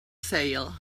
sale